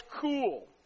cool